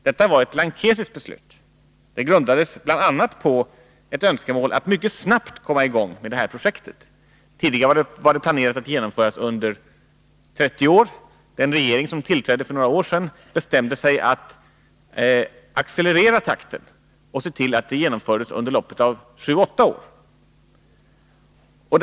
Detta var ett lankesiskt beslut. Det grundades bl.a. på ett önskemål om att mycket snabbt komma i gång med detta projekt. Tidigare var det planerat att genomföras under 30 år. Den regering som tillträdde för några år sedan bestämde sig för att driva upp takten och se till att det genomfördes under loppet av 7-8 år.